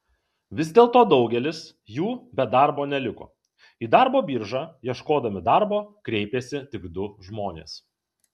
vis dėlto daugelis jų be darbo neliko į darbo biržą ieškodami darbo kreipėsi tik du žmonės